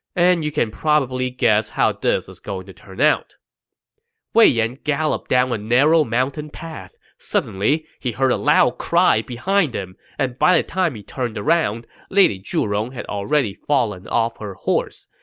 and you can probably guess how this is going to turn out wei yan galloped down a narrow mountain path. suddenly, he heard a loud cry behind him, and by the time he turned around, lady zhurong had already fallen off her horse.